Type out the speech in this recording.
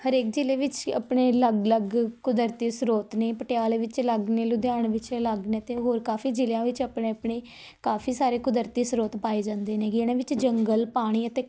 ਹਰੇਕ ਜ਼ਿਲ੍ਹੇ ਵਿੱਚ ਆਪਣੇ ਅਲੱਗ ਅਲੱਗ ਕੁਦਰਤੀ ਸਰੋਤ ਨੇ ਪਟਿਆਲੇ ਵਿੱਚ ਅਲੱਗ ਨੇ ਲੁਧਿਆਣੇ ਵਿੱਚ ਅਲੱਗ ਨੇ ਅਤੇ ਹੋਰ ਕਾਫੀ ਜ਼ਿਲ੍ਹਿਆਂ ਵਿੱਚ ਆਪਣੇ ਆਪਣੇ ਕਾਫੀ ਸਾਰੇ ਕੁਦਰਤੀ ਸਰੋਤ ਪਾਏ ਜਾਂਦੇ ਨੇ ਗੇ ਇਹਨਾਂ ਵਿੱਚ ਜੰਗਲ ਪਾਣੀ ਅਤੇ